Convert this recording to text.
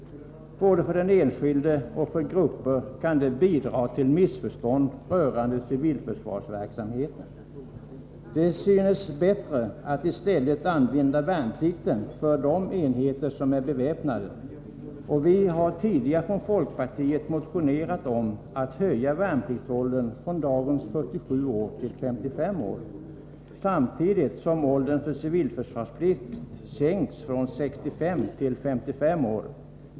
Både för den enskilde och för grupper kan det bidra till missförstånd rörande civilförsvarsverksamheten. Det synes bättre att i stället använda värnplikten för de enheter som är beväpnade. Vi har tidigare från folkpartiet motionerat om att höja värnpliktsåldern från dagens 47 år till 55 år, samtidigt som åldern för civilförsvarsplikt sänks från 65 till 55 år.